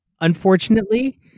Unfortunately